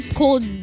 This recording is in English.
cold